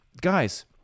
Guys